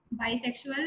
bisexual